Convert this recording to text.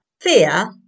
Fear